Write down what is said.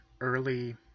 early